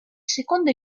secondo